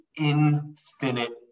infinite